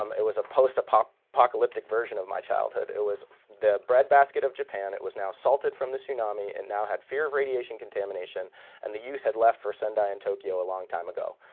um it was a post-apocalyptic version of my childhood. it was the breadbasket of japan, it was now salted from the tsunami and now had fear of radiation contamination and the youth had left for sendai and tokyo a long time ago.